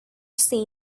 say